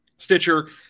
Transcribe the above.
Stitcher